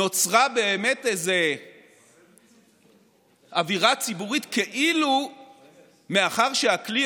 נוצרה אווירה ציבורית כאילו מאחר שהכלי